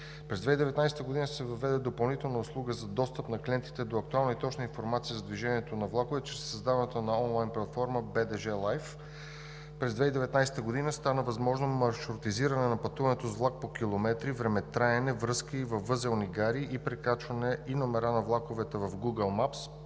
През 2019 г. се въведе допълнителна услуга за достъп на клиентите до актуална и точна информация за движението на влаковете чрез създаването на онлайн платформата BDZ live. През 2019 г. стана възможно маршрутизирането на пътуването с влак по километри, времетраене, връзки във възелни гари за прекачване и номера влаковете в Google maps